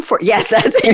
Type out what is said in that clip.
Yes